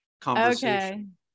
conversation